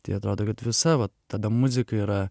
tai atrodo kad visa vat tada muzika yra